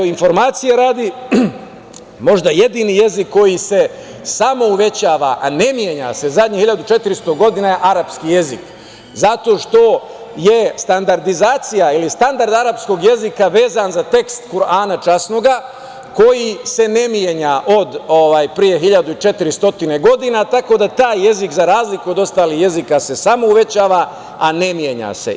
Informacije radi, možda jedini jezik koji se samo uvećava a ne menja se poslednjih 1.400 godina je arapski jezik, zato što je standardizacija ili standard arapskog jezika vezan za tekst "Kurana Časnoga" koji se ne menja od pre 1.400 godina, tako da taj jezik, za razliku od ostalih jezika, se samo uvećava a ne menja se.